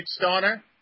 Kickstarter